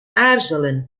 aarzelen